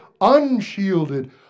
unshielded